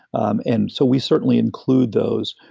um and so we certainly include those.